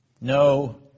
no